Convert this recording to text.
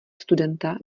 studenta